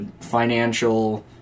financial